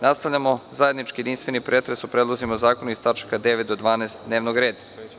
Nastavljamo zajednički jedinstveni pretres o predlozima zakona iz tačaka 9. do 12. dnevnog reda.